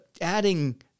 adding